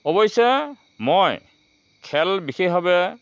অৱশ্যে মই খেল বিশেষভাৱে